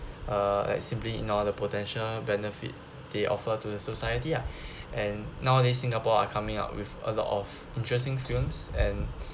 uh like simply ignore the potential benefit they offer to the society ah and nowadays singapore are coming out with a lot of interesting films and